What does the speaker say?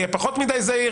פחות מדי זהיר,